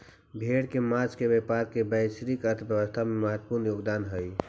भेड़ के माँस का व्यापार भी वैश्विक अर्थव्यवस्था में महत्त्वपूर्ण योगदान हई